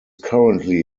currently